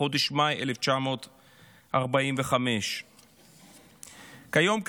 בחודש מאי 1945. כיום,